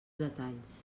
detalls